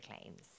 claims